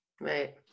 Right